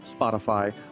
Spotify